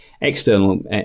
external